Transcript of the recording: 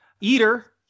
eater